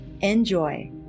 Enjoy